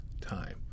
time